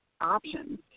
options